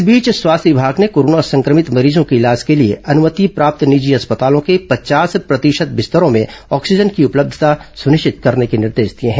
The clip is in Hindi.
इस बीच स्वास्थ्य विभाग ने कोरोना संक्रमित मरीजों के इलाज के लिए अनुमति प्राप्त निजी अस्पतालों के पचास प्रतिशत बिस्तरों में ऑक्सीजन की उपलब्धता सुनिश्चित करने के निर्देश दिए हैं